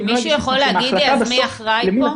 אתם צריכים לתת את הפיצוי ומשרד העבודה צריך לתת את הרישום הפלילי.